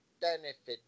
benefit